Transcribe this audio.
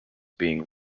being